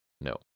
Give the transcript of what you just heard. No